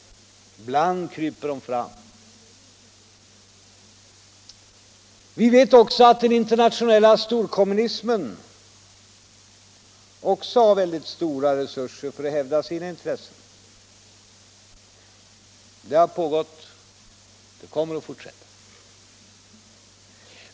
Men ibland kryper de fram. Vi vet också att den internationella storkommunismen har mycket stora resurser för att hävda sina intressen. Det har pågått och det kommer att fortsätta.